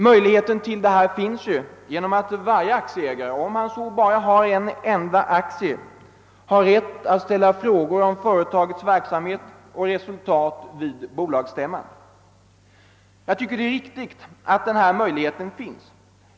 Möjlighet till detta finns genom att varje aktieägare, om han så har bara en enda aktie, äger rätt att vid bolagsstämman ställa frågor om företagets verksamhet och resultat. Jag anser det vara riktigt att denna möjlighet finns.